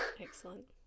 Excellent